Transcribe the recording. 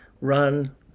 run